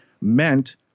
meant